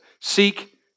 Seek